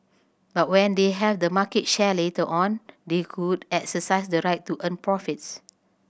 but when they have the market share later on they could exercise the right to earn profits